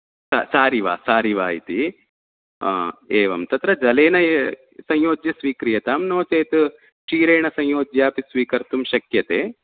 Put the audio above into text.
सारिवा सारिवा इति एवं तत्र जलेन संयोज्य स्वीक्रियतां नो चेत् क्षीरेण संयोज्यापि स्वीकर्तुं शक्यते